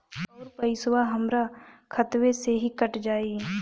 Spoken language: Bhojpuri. अउर पइसवा हमरा खतवे से ही कट जाई?